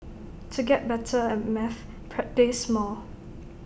to get better at maths practise more